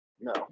No